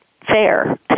fair